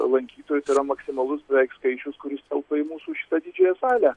lankytojų tai yra maksimalus skaičius kuris telpa į mūsų šitą didžiąją salę